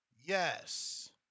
Yes